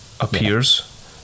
appears